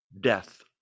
Death